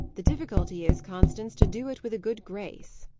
the difficulty is, constance, to do it with a good grace.